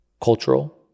cultural